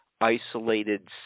isolated